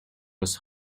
aus